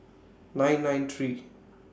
nine nine three